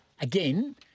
Again